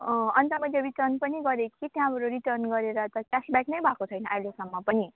अँ अन्त मैले रिटर्न पनि गरेँ कि त्यहाँबाट रिटर्न गरेर त क्यासब्याक नै भएको छैन अहिलेसम्म पनि